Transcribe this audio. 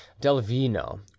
Delvino